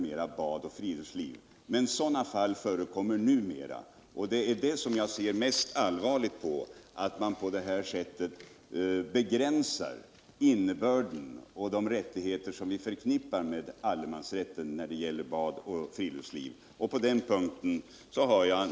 Men sådana fall förekommer numera, och jag ser ytterst allvarligt på att man på det sättet begränsar de rättigheter när det gäller bad och friluftsliv som vi förknippar med allemansrätten.